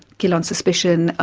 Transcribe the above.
kill on suspicion,